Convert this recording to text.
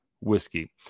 Whiskey